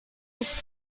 his